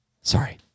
sorry